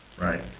Right